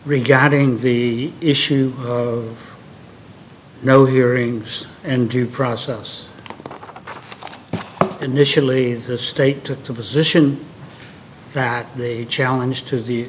regarding the issue of no hearings and due process initially the state took the position that the challenge to the